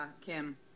Kim